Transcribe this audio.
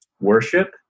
worship